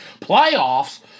Playoffs